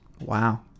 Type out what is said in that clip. Wow